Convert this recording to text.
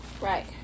Right